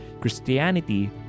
Christianity